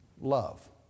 Love